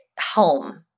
home